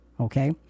Okay